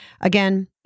Again